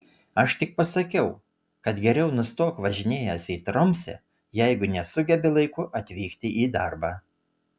aš tik pasakiau kad geriau nustok važinėjęs į tromsę jeigu nesugebi laiku atvykti į darbą